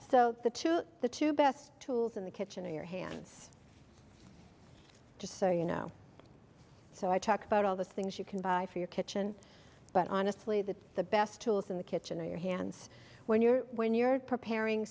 so the two the two best tools in the kitchen are your hands just so you know so i talk about all those things you can buy for your kitchen but honestly that the best tools in the kitchen are your hands when you're when you're preparing